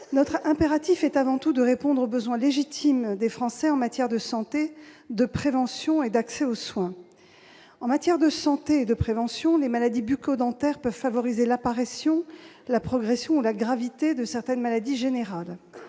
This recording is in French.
Notre impératif est avant tout de répondre aux besoins légitimes des Français en matière de santé, de prévention et d'accès aux soins. En matière de santé et de prévention, les maladies bucco-dentaires peuvent favoriser l'apparition, la progression ou l'aggravation de certaines maladies générales.